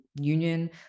union